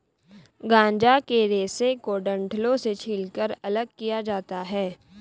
गांजा के रेशे को डंठलों से छीलकर अलग किया जाता है